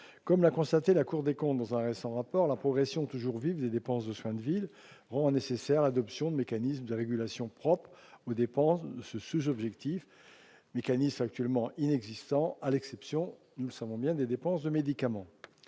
Comme l'a constaté la Cour des comptes dans un récent rapport, la progression toujours vive des dépenses de soins de ville rend nécessaire l'adoption de mécanismes de régulation propres aux dépenses de ce sous-objectif, mécanisme actuellement inexistant, à l'exception, nous le savons bien, des dépenses de médicaments.